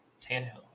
Tannehill